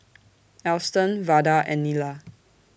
Alston Vada and Nila